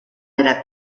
era